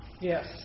Yes